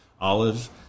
olives